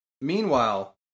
meanwhile